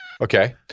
okay